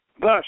Thus